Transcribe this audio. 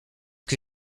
que